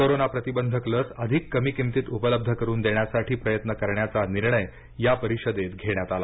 corona प्रतिबंधक लस अधिक कमी किमतीत उपलब्ध करून देण्यासाठी प्रयत्न करण्याचा निर्णय या परिषदेत घेण्यात आला